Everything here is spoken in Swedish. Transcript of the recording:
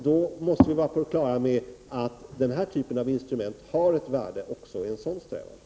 Då måste vi vara på det klara med att denna typ av instrument har ett värde också vid en sådan strävan.